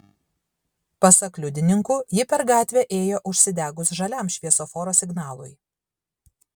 pasak liudininkų ji per gatvę ėjo užsidegus žaliam šviesoforo signalui